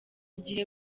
gihe